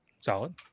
Solid